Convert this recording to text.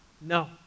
No